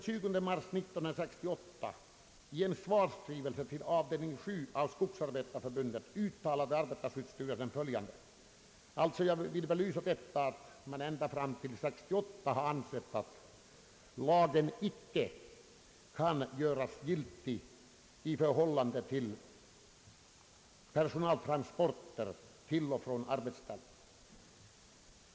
Jag vill betona att man ända fram till 1968 ansett att lagen icke kan tilllämpas när det gäller personaltransporter till och från arbetsplats.